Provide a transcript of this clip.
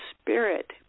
spirit